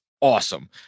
awesome